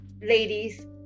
ladies